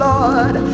Lord